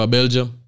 Belgium